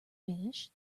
finish